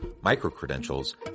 micro-credentials